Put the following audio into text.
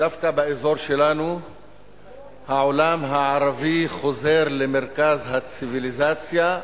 שדווקא באזור שלנו העולם הערבי חוזר למרכז הציוויליזציה,